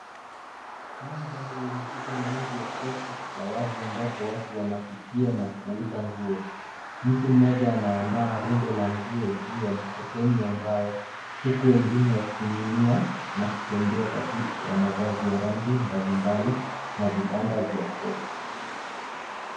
Mandhari yenye shughuli nyingi ya soko la wazi ambapo watu wanapitia na kuuza nguo. Mtu mmoja anaadaa rundo la nguo juu ya mkokoteni wa mbao uku wengine wakinunua na kutembea kati ya mavazi ya rangi mbalimbali na vibanda vya soko.